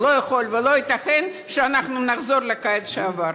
לא יכול להיות ולא ייתכן שאנחנו נחזור לקיץ שעבר.